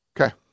Okay